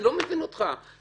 אני לא מבין אותך.